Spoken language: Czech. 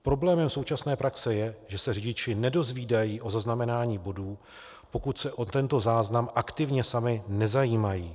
Problémem současné praxe je, že se řidiči nedozvídají o zaznamenání bodů, pokud se o tento záznam aktivně sami nezajímají.